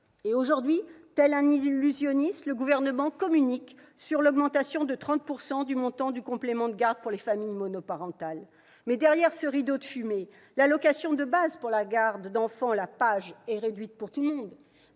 Aujourd'hui, tel un illusionniste, le Gouvernement communique sur l'augmentation de 30 % du montant du complément de garde pour les familles monoparentales. Mais derrière ce rideau de fumée, l'allocation de base de la PAJE est réduite pour tout le monde.